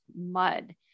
mud